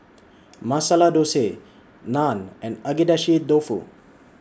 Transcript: Masala Dosa Naan and Agedashi Dofu